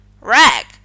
Rag